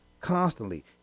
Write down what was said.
constantly